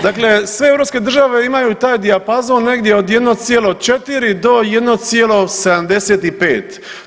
Dakle, sve europske države imaju taj dijapazon negdje od 1,4 do 1,75.